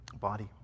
body